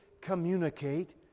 communicate